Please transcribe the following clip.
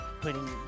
putting